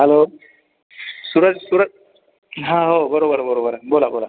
hello Suraj Suraj हां हो बरोबर बरोबर बोला बोला